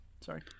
sorry